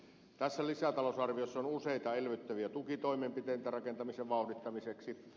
tässä lisätalousarviossa on useita elvyttäviä tukitoimenpiteitä rakentamisen vauhdittamiseksi